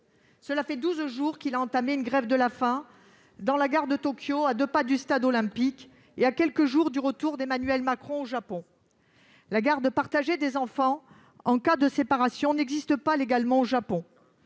Cela fait douze jours qu'il a entamé une grève de la faim dans la gare de Tokyo, à deux pas du stade olympique, et ce à quelques jours de l'arrivée d'Emmanuel Macron au Japon. La garde partagée des enfants en cas de séparation n'existe pas légalement au Japon.